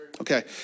okay